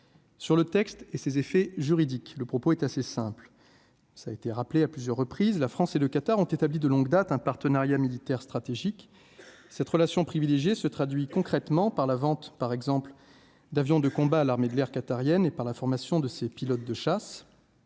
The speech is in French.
sur le texte et ses effets juridiques, le propos est assez simple : ça a été rappelé à plusieurs reprises là. France et le Qatar ont établi de longue date un partenariat militaire stratégique, cette relation privilégiée se traduit concrètement par la vente, par exemple, d'avions de combat l'armée de l'air qatariennes et par la formation de ses pilotes de chasse,